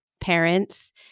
parents